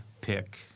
pick